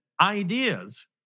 ideas